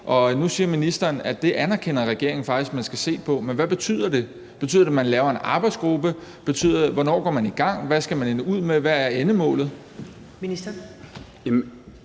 Nu siger ministeren, at det anerkender regeringen faktisk at man skal se på, men hvad betyder det? Betyder det, man laver en arbejdsgruppe? Hvornår går man i gang? Hvad skal det ende med? Hvad er endemålet?